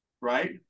right